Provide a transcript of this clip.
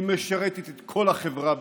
היא משרתת את כל החברה הישראלית.